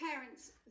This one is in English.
parents